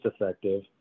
effective